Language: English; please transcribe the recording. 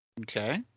Okay